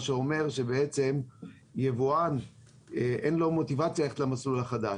מה שאומר שבעצם ליבואן אין מוטיבציה ללכת למסלול החדש,